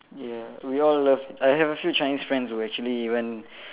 ya we all love I have a few Chinese friends who actually even